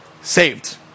saved